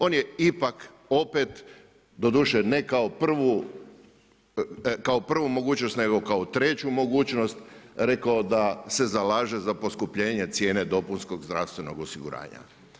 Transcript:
On je ipak opet, doduše ne kao prvu mogućnost nego kao treću mogućnost rekao da se zalaže za poskupljenje cijene dopunskog zdravstvenog osiguranja.